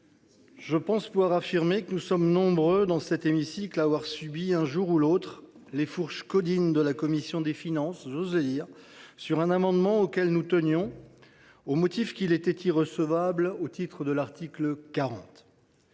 Je pense pouvoir affirmer que nous sommes nombreux dans cet hémicycle à être passés, un jour ou l’autre, sous les fourches caudines de la commission des finances, après qu’un amendement auquel nous tenions a été déclaré irrecevable au titre de l’article 40